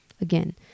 again